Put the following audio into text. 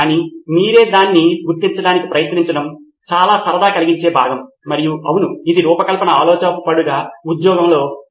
కానీ మీరే దాన్ని గుర్తించడానికి ప్రయత్నించడం సరదా కలిగించే భాగం మరియు అవును ఇది రూపకల్పన ఆలోచనాపరుడిగా ఉద్యోగంలో భాగం